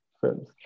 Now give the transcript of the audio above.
films